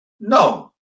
no